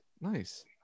Nice